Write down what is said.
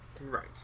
Right